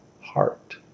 heart